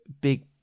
big